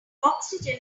oxygen